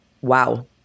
Wow